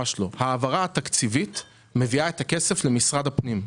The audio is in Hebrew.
ההעברה התקציבית מביאה את הכסף למשרד הפנים.